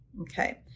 okay